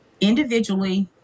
Individually